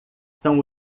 são